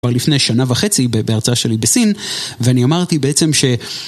כבר לפני שנה וחצי בהרצאה שלי בסין ואני אמרתי בעצם ש...